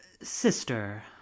sister